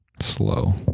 slow